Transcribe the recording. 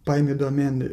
paimi domėn